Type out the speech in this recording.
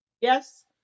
Yes